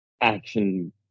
action